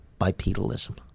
bipedalism